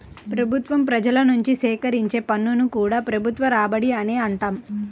ప్రభుత్వం ప్రజల నుంచి సేకరించే పన్నులను కూడా ప్రభుత్వ రాబడి అనే అంటారు